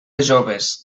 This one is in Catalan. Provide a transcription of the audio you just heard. joves